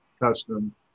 Custom